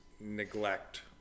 neglect